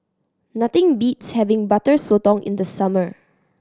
nothing beats having Butter Sotong in the summer